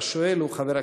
התרבות והספורט של הכנסת.